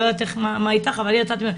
אני לא יודעת מה איתך אבל אני יצאתי מבולבלת.